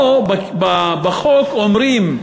פה בחוק אומרים,